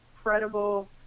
incredible